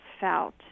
felt